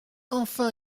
enfin